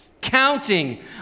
Counting